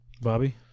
Bobby